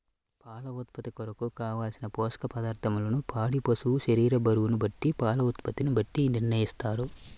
పాల ఉత్పత్తి కొరకు, కావలసిన పోషక పదార్ధములను పాడి పశువు శరీర బరువును బట్టి పాల ఉత్పత్తిని బట్టి నిర్ణయిస్తారా?